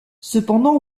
cependant